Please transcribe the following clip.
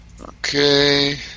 Okay